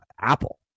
Apple